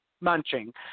munching